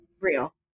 real